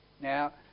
Now